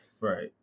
right